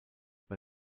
bei